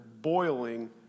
boiling